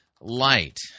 light